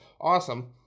awesome